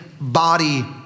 body